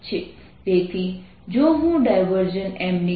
તો અહીં રબીથ સિંહ છે